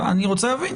אני רוצה להבין